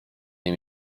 nie